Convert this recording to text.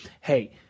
hey